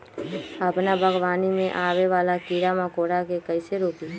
अपना बागवानी में आबे वाला किरा मकोरा के कईसे रोकी?